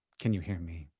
can you hear me?